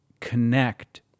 connect